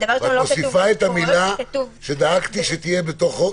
ואת מוסיפה את המילה שדאגתי שתהיה בתוכו,